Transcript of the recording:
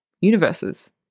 universes